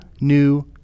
new